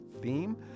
theme